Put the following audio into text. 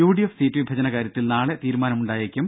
U D F seat വിഭജന കാര്യത്തിൽ നാളെ തീരുമാനമുണ്ടാ യേക്കും